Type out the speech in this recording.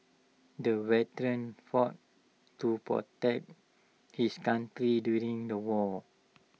the veteran fought to protect his country during the war